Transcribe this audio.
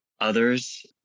others